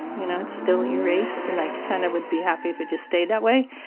you know, it's still erased and i kind of would be happy if it just stayed that way.